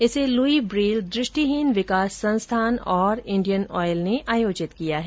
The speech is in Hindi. इसे लुई ब्रेल दृष्टिहीन विकास संस्थान और इंडियन ऑयल ने आयोजित किया है